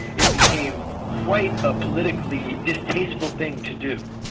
it became quite a politically distasteful thing to do.